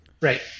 Right